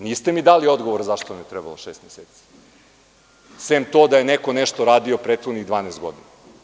Niste mi dali odgovor zašto vam je trebalo šest meseci, sem to da je neko nešto radio prethodnih 12 godina.